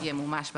ימומש בפועל.